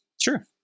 Sure